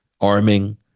arming